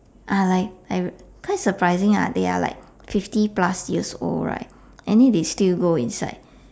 ah like like quite surprising lah they are like fifty plus years old right and then they still go inside